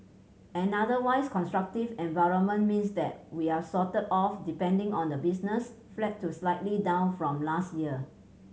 an otherwise constructive environment means that we're sort of depending on the business flat to slightly down from last year